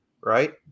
right